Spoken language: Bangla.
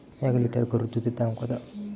এক লিটার গোরুর দুধের দাম কত?